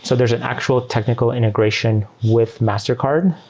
so there's an actual technical integration with mastercard.